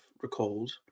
recalled